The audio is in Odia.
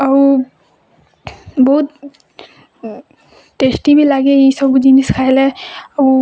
ଆଉ ବହୁତ ଟେଷ୍ଟି ବି ଲାଗେ ଇ ସବୁ ଜିନିଷ୍ ଖାଇଲେ ଆଉ